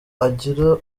agira